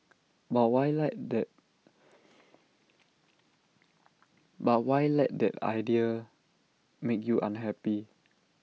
but why let that but why let that idea make you unhappy